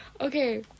okay